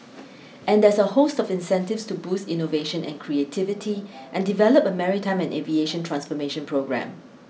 and there's a host of incentives to boost innovation and creativity and develop a maritime and aviation transformation programme